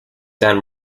san